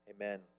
Amen